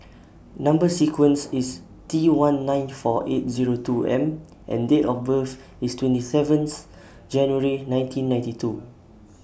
Number sequence IS T one nine four eight Zero two M and Date of birth IS twenty seventh January nineteen ninety two